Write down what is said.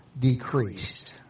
decreased